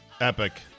Epic